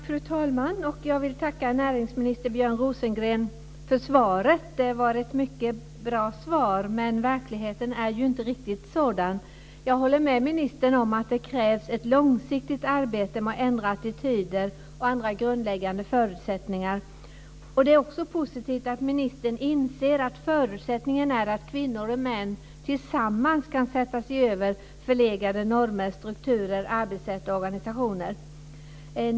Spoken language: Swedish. Fru talman! Jag vill tacka näringsminister Björn Rosengren för svaret. Det var ett mycket bra svar, men verkligheten är ju inte riktigt sådan. Jag håller med ministern om att det krävs ett långsiktigt arbete med att ändra attityder och andra grundläggande förutsättningar. Det är också positivt att ministern inser att förutsättningen är att kvinnor och män tillsammans kan sätta sig över förlegade normer, strukturer, arbetssätt och organisationer.